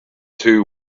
two